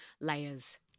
layers